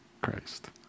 Christ